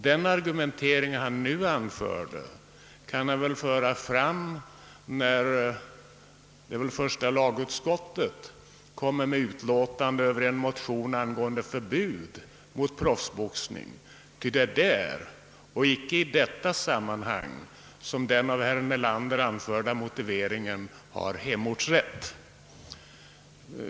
Den argumenteringen kan han föra fram när första lagutskottet kommer med sitt utlåtande över en motion angående förbud mot proffsboxning, ty det är där och icke i detta sammanhang som den av herr Nelander anförda motiveringen har hemortsrätt.